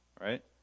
Right